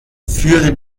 für